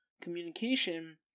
communication